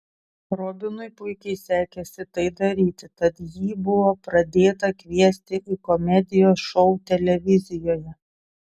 robinui puikiai sekėsi tai daryti tad jį buvo pradėta kviesti į komedijos šou televizijoje